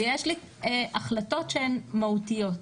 ויש החלטות שהן מהותיות.